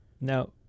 Now